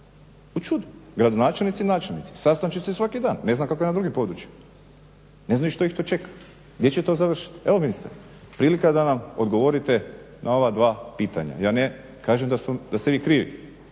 u čudu, gradonačelnici i načelnici. Sastanči se svaki dan, ne znam kako je na drugim područjima. Ne znaju što ih to čeka, gdje će to završiti. Evo ministre, prilika je da nam odgovorite na ova dva pitanja. Ja ne kažem da ste vi krivi,